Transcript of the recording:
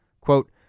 Quote